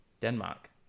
Denmark